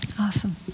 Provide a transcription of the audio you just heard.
Awesome